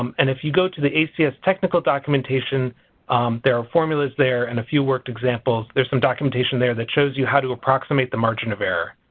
um and if you go to the acs technical documentation there are formulas there and a few worked examples. there's some documentation there that shows you how to approximate the margin of error.